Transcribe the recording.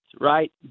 right